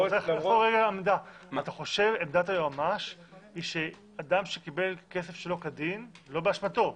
עמדת היועמ"ש היא שאדם שקיבל כסף שלא כדין לא באשמתו,